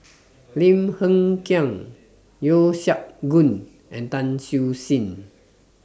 Lim Hng Kiang Yeo Siak Goon and Tan Siew Sin